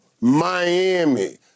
Miami